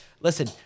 Listen